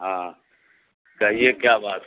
ہاں کہیے کیا بات ہے